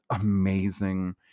amazing